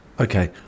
okay